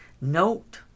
Note